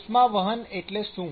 ઉષ્માવહન એટલે શું